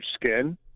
skin